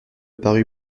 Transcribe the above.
parut